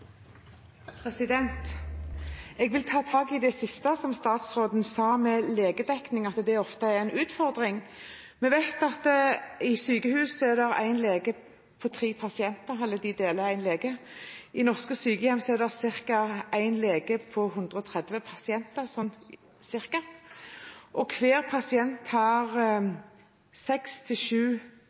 Jeg vil ta tak i det siste som statsråden sa, om at legedekningen ofte er en utfordring. Vi vet at på sykehus er det én lege på tre pasienter – de deler en lege. I norske sykehjem er det ca. én lege på 130 pasienter, og hver pasient har